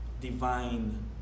divine